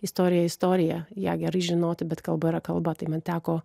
istorija istorija ją gerai žinoti bet kalba yra kalba tai man teko